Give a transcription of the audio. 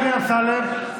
אדוני אמסלם,